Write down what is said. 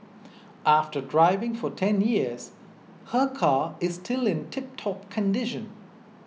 after driving for ten years her car is still in tiptop condition